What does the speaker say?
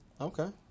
Okay